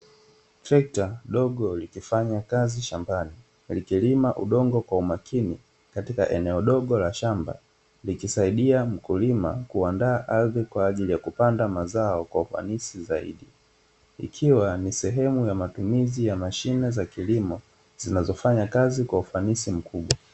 Trekta dogo likifanya kazi shambani. Likilima udongo kwa umakini katika eneo dogo la shamba, likisaidia mkulima kuandaa ardhi kwa ajili ya kupanda mazao kwa ufanisi zaidi, ikiwa ni sehemu ya matumizi ya mashine za kilimo zinazofanya kazi kwa ufanisi mkubwa.